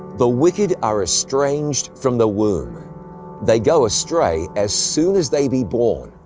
the wicked are estranged from the womb they go astray as soon as they be born,